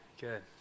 Good